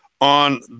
on